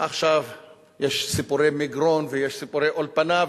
עכשיו יש סיפורי מגרון, ויש סיפורי האולפנה,